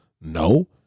No